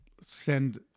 send